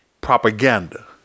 propaganda